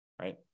right